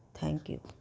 thank you